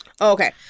Okay